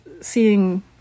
seeing